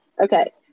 Okay